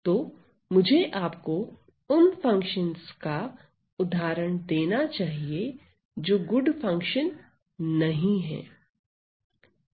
तो मुझे आपको उन फंक्शंस का उदाहरण देना चाहिए जो गुड फंक्शन नहीं है